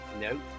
No